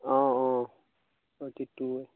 অঁ অঁ